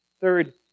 Third